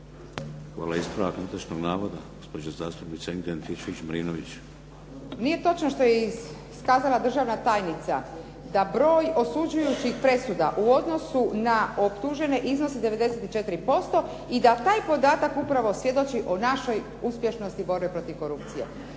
**Antičević Marinović, Ingrid (SDP)** Nije točno što je iskazala državna tajnica da broj osuđujućih presuda u odnosu na optužene iznosi 94% i da taj podatak upravo svjedoči o našoj uspješnosti borbe protiv korupcije.